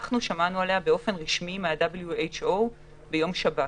אנחנו שמענו עליה באופן רשמי מה-WHO ביום שבת.